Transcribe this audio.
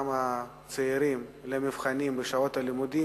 אותם הצעירים למבחנים בשעות הלימודים,